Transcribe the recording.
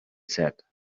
said